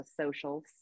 socials